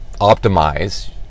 optimize